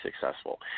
successful